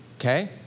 okay